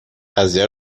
قضیه